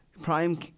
prime